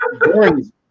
boring